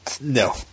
No